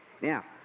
Now